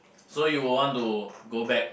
so you would want to go back